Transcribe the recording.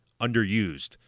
underused